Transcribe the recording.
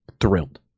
thrilled